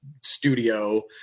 studio